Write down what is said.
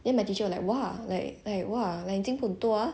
then my teacher like !wah! like like !wah! like you 进步很多 ah